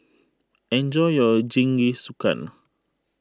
enjoy your Jingisukan